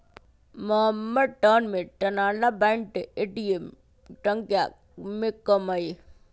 महम्मर शहर में कनारा बैंक के ए.टी.एम संख्या में कम हई